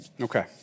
Okay